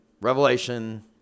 Revelation